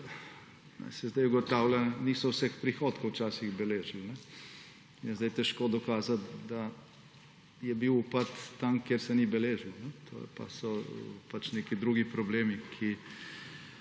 kjer se sedaj ugotavlja, da niso vseh prihodkov včasih beležili. Sedaj je težko dokazati, da je bil upad tam, kjer se ni beležilo. To pa so neki drugi problemi, ki